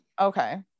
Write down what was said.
okay